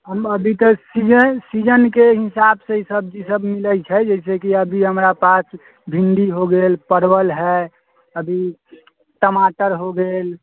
हम अभी तऽ सीजन सीजनके हिसाबसँ सब्जी सभ मिलै छै जैसे कि अभी हमरा पास भिण्डी हो गेल परवल है अभी टमाटर हो गेल